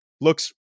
looks